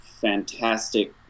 fantastic